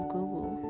Google